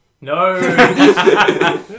No